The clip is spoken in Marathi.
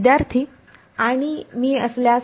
विद्यार्थी आणि मी असल्यास